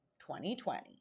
2020